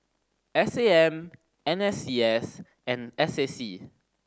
S A M N S C S and S A C